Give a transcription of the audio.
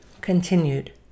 Continued